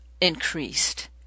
increased